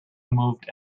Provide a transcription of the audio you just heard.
moved